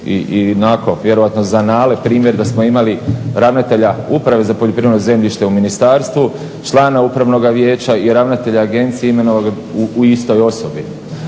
i onako vjerojatno za anale primjer da smo imali ravnatelja Uprave za poljoprivredno zemljište u ministarstvu, člana upravnog vijeća i ravnatelja agencije imenovanog u istoj osobi.